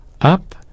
up